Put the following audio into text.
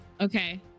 Okay